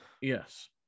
Yes